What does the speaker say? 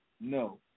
No